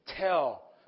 tell